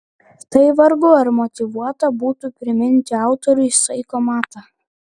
tai vargu ar motyvuota būtų priminti autoriui saiko matą